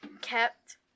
kept